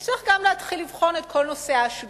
אז, צריך גם להתחיל לבחון את כל נושא ההשגחה.